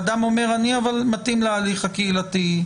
האדם אומר שהוא מתאים להליך הקהילתי,